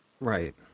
right